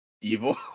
evil